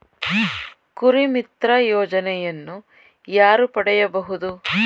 ಕುರಿಮಿತ್ರ ಯೋಜನೆಯನ್ನು ಯಾರು ಪಡೆಯಬಹುದು?